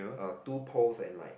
uh two poles and like